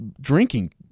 drinking